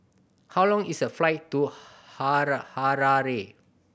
how long is the flight to Hara Harare